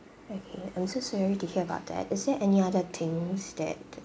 okay I'm so sorry to hear about that is there any other things that